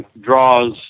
draws